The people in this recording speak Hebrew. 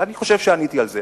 אני חושב שאני עניתי על זה.